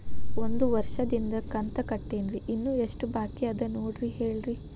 ಒಂದು ವರ್ಷದಿಂದ ಕಂತ ಕಟ್ಟೇನ್ರಿ ಇನ್ನು ಎಷ್ಟ ಬಾಕಿ ಅದ ನೋಡಿ ಹೇಳ್ರಿ